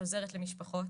שעוזרת למשפחות.